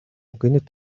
гэнэт